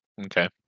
okay